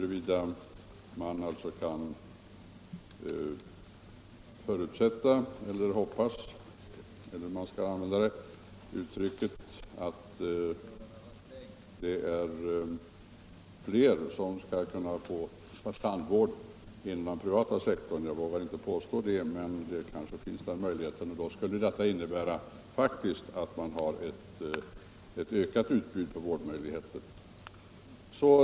Jag vågar inte bestämt påstå att man kan förutsätta eller hoppas — vilket uttryck man nu skall använda — att fler människor skall kunna få tandvård inom den privata sektorn, men den möjligheten kanske finns. Då skulle detta faktiskt innebära att man har ett ökat utbud av vårdmöjligheter.